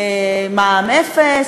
מע"מ אפס,